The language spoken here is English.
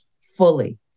fully